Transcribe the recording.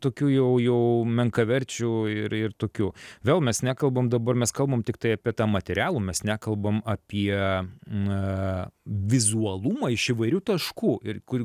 tokių jau jau menkaverčių ir ir tokių vėl mes nekalbam dabar mes kalbam tiktai apie tą materialų mes nekalbam apie aaa vizualumą iš įvairių taškų ir kur